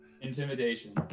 Intimidation